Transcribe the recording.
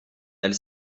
elle